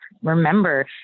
remember